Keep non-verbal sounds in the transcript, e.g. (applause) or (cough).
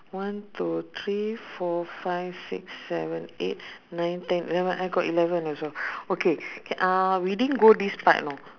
one two three four five six seven eight nine ten eleven I got eleven also (breath) okay c~ uh we didn't go this part lor